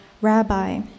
Rabbi